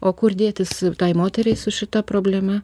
o kur dėtis tai moteriai su šita problema